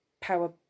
power